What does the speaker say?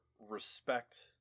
respect